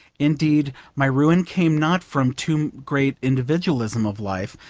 indeed, my ruin came not from too great individualism of life,